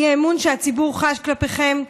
האי-אמון שהציבור חש כלפיכם.